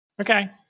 Okay